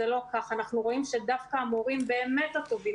אנחנו רואים שדווקא המורים באמת הטובים,